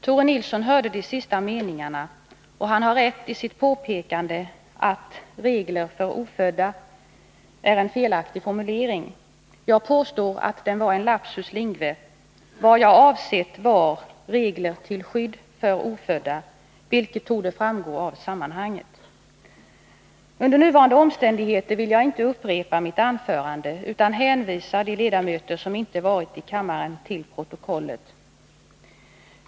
Tore Nilsson hörde de sista meningarna, och han har rätt i sitt påpekande att ”regler för ofödda” är en felaktig formulering. Jag påstår att den var en lapsus linguae. Vad jag avsett var ”regler till skydd för ofödda”, vilket torde framgå av sammanhanget. Under nuvarande omständigheter vill jag inte upprepa mitt anförande utan hänvisar de ledamöter som inte varit i kammaren till protokollet.